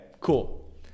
cool